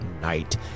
night